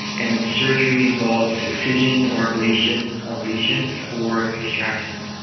and then surgery involves excision or ablation of legions, or hysterectomy.